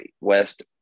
west